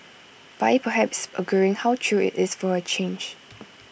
by perhaps agreeing how true IT is for A change